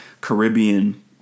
Caribbean